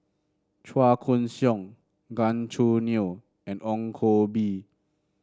Chua Koon Siong Gan Choo Neo and Ong Koh Bee